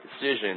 decision